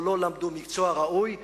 או לא למדו מקצוע ראוי.